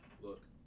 look